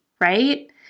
right